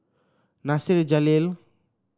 Nasir Jalil